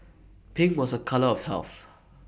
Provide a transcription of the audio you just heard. pink was A colour of health